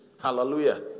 Hallelujah